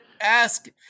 ask